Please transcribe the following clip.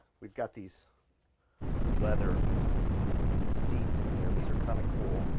we've got these leather seats in here. these are kind of cool.